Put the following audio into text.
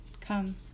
Come